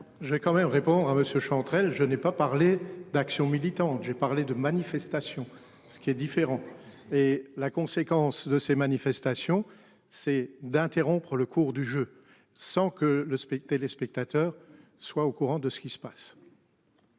J'ai quand même répondre à monsieur Chantrel, je n'ai pas parlé d'action militante. J'ai parlé de manifestations. Ce qui est différent. Et la conséquence de ces manifestations, c'est d'interrompre le cours du jeu sans que le SMIC téléspectateurs soit au courant de ce qui se passe.